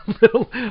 little